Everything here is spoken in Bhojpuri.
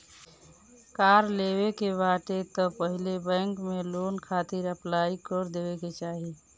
कार लेवे के बाटे तअ पहिले लोन खातिर अप्लाई कर देवे के चाही